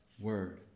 word